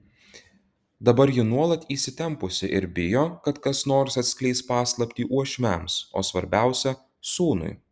dabar ji nuolat įsitempusi ir bijo kad kas nors atskleis paslaptį uošviams o svarbiausia sūnui